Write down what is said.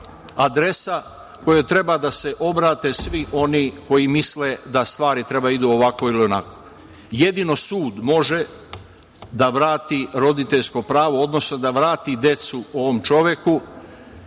kojoj treba da se obrate svi oni koji misle da stvari treba da idu ovako ili onako. Jedino sud može da vrati roditeljsko pravo, odnosno da vrati decu ovom čoveku.